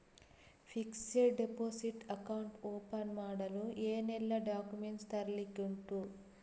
Fixed deposit account open ಮಾಡಲು ಏನೆಲ್ಲಾ documents ತರ್ಲಿಕ್ಕೆ ಉಂಟು?